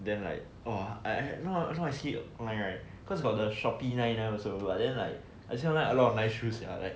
then like !wah! eh now I see online right cause got the Shopee nine nine also but then like I see online got a lot of nice shoes sia like